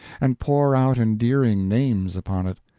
and pour out endearing names upon it.